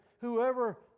whoever